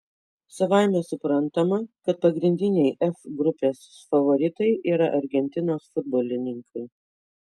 savaime suprantama kad pagrindiniai f grupės favoritai yra argentinos futbolininkai